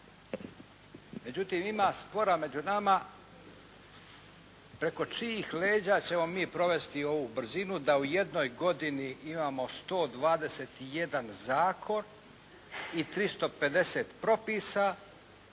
Međutim, ima spora među nama preko čijih leđa ćemo mi provesti ovu brzinu da u jednoj godini imamo 121 zakon i 350 propisa